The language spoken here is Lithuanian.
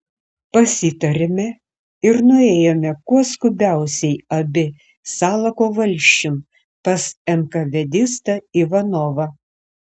pasitarėme ir nuėjome kuo skubiausiai abi salako valsčiun pas enkavedistą ivanovą